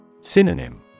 Synonym